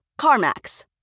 CarMax